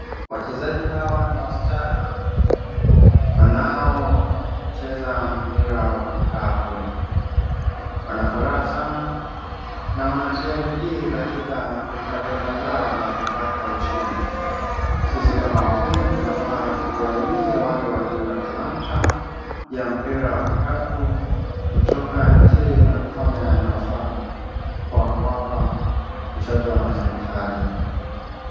Wachezaji hawa ni wasichana wanaocheza mpira wa kikapu wanafuraha sana na wanatia bidii katika pilka pilka zao za kupata ushindi. Sisi kama wakenya tunafaa tuwahimize wale walio na talanta ya mpira wa kikapu kutoka nje na kufanya yanayofaa kwamba chochote wanaoitaji.